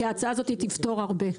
כי ההצעה הזאת תפתור הרבה.